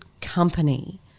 company